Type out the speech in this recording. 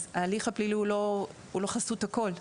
ההליך הפלילי הוא לא חסות הכול.